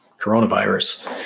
coronavirus